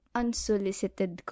unsolicited